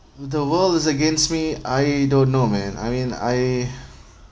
the world is against me I don't know man I mean I